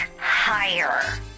higher